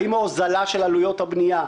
האם ההוזלה של עלויות הבנייה,